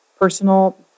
personal